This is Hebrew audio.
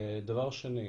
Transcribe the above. דבר שני,